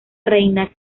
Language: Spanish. reina